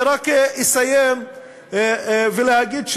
אני רק אסיים ואגיד,